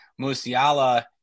musiala